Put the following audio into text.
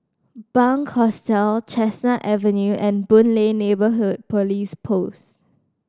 Bunc Hostel Chestnut Avenue and Boon Lay Neighbourhood Police Post